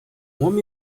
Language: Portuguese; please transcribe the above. homem